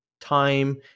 time